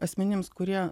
asmenims kurie